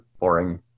boring